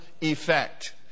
effect